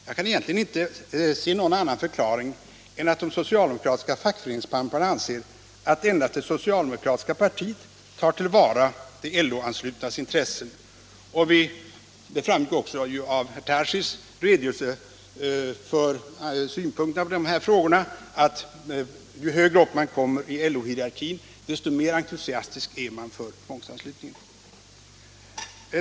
Jag kan egentligen inte se någon annan förklaring än att de socialdemokratiska fackföreningspamparna anser att endast det socialdemokratiska partiet tar till vara de LO anslutnas intressen. Det framgick också av herr Tarschys redogörelse för synpunkterna i dessa frågor att ju högre upp man kommer i LO hierarkin, desto mer entusiastisk är man för tvångsanslutningen.